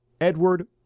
Edward